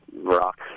rock